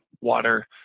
water